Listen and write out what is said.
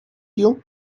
you